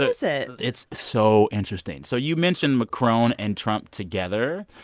is it? it's so interesting. so you mentioned macron and trump together.